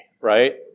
right